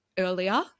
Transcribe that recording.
earlier